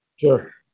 Sure